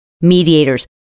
mediators